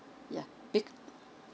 yeah because